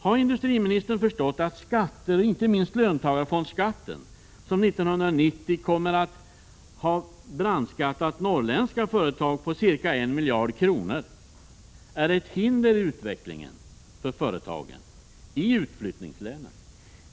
Har industriministern förstått att skatter — inte minst löntagarfondsskatten, som 1990 kommer att ha brandskattat norrländska företag på ca 1 miljard kronor -— är ett hinder i utvecklingen för företagen i utflyttningslänen?